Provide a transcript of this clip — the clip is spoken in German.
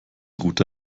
route